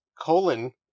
colon